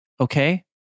Okay